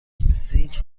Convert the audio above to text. سینک